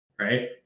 right